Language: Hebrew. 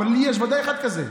אבל לי ודאי יש אחד כזה.